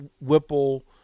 Whipple